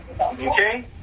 Okay